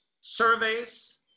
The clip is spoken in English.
surveys